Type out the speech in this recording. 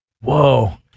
Whoa